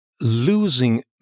losing